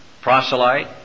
proselyte